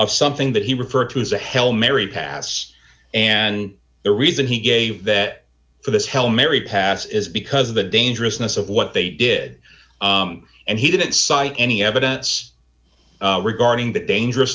of something that he referred to is a hell mary pass and the reason he gave that for this hell mary pass is because of the dangerousness of what they did and he didn't cite any evidence regarding the dangerous